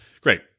Great